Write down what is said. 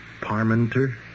Parmenter